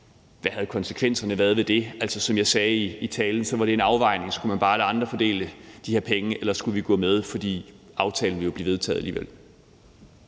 hvad konsekvenserne ved det havde været. Som jeg sagde i talen, var det en afvejning: Skulle man bare lade andre fordele de her penge, eller skulle vi gå med? For aftalen ville jo blive vedtaget alligevel.